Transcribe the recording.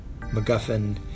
MacGuffin